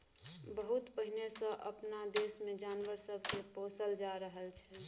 बहुत पहिने सँ अपना देश मे जानवर सब के पोसल जा रहल छै